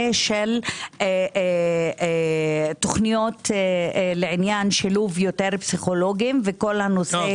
של תוכניות לעניין שילוב יותר פסיכולוגים וכל הנושא